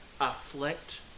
afflict